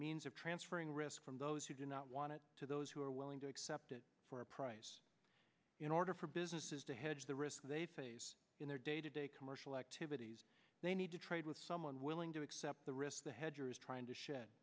means of transferring risk from those who do not want it to those who are willing to accept it for a price in order for businesses to hedge the risks they face in their day to day commercial activities they need to trade with someone willing to accept the risk the hedgers trying to shed